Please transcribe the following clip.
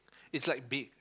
it's like big